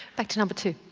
back to number two.